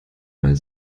weil